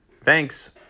thanks